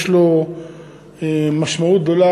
יש לו משמעות גדולה,